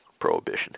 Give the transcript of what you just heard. prohibition